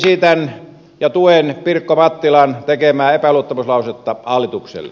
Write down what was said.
esitän ja tuen pirkko mattilan tekemää epäluottamuslausetta hallitukselle